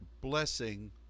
blessing